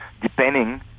depending